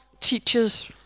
teachers